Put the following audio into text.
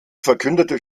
verkündete